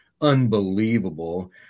unbelievable